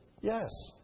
yes